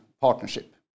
partnership